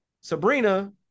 Sabrina